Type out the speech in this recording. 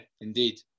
indeed